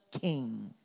king